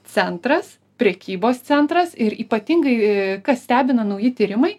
centras prekybos centras ir ypatingai kas stebina nauji tyrimai